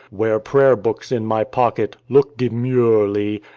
wear prayer-books in my pocket, look demurely,